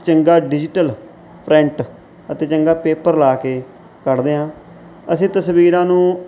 ਚੰਗਾ digital print ਅਤੇ ਚੰਗਾ ਪੇਪਰ ਲਾ ਕੇ ਕੱਢਦੇ ਹਾਂ ਅਸੀਂ ਤਸਵੀਰਾਂ ਨੂੰ